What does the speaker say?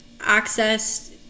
access